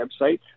website